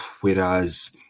whereas